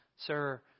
sir